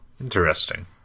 Interesting